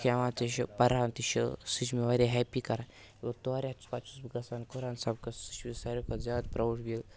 چیوان تہِ چھُ پران تہِ چھُ سُہ چھُ مےٚ واریاہ ہیپی کران تور یِتھ چھُ پتہٕ چھُس بہٕ گژھان قُرآن سبقَس سُہ چھُ سارِویو کھۄتہٕ زیادٕ